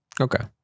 Okay